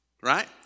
Right